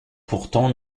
pourtant